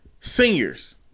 Seniors